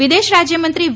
વિદેશ રાજ્યમંત્રી વિ